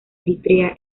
eritrea